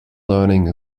learning